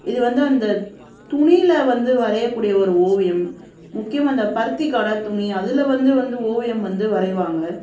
இது வந்து அந்தத் துணியில் வந்து வரையக்கூடிய ஒரு ஓவியம் முக்கியமாக இந்த பருத்தி காடாத் துணி அதில் வந்து வந்து ஓவியம் வந்து வரைவாங்க